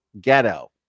ghetto